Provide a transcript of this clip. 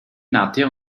nadja